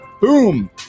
Boom